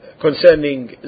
concerning